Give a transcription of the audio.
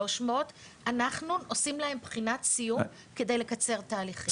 אנחנו עושים להם בחינת סיום כדי לקצר תהליכים.